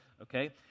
okay